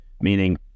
meaning